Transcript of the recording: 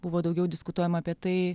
buvo daugiau diskutuojama apie tai